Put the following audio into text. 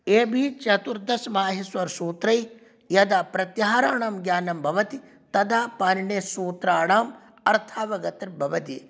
एभिः चतुर्दश माहेश्वरसूत्रैः यदा प्रत्याहाराणां ज्ञानं भवति तदा पाणिनेः सूत्राणां अर्थावगतिर्भवति